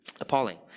Appalling